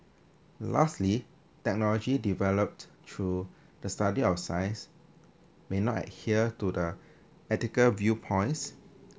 lastly technology developed through the study of science may not adhere to the ethical viewpoints